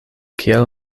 kiel